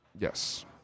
Yes